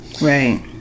right